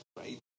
right